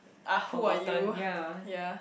ah who are you yea